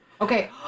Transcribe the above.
Okay